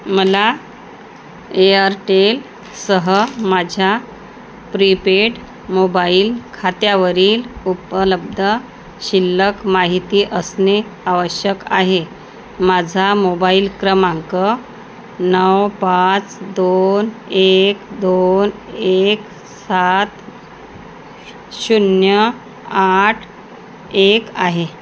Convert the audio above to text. मला एअरटेल सह माझ्या प्रीपेड मोबाईल खात्यावरील उपलब्ध शिल्लक माहिती असणे आवश्यक आहे माझा मोबाईल क्रमांक नऊ पाच दोन एक दोन एक सात शून्य आठ एक आहे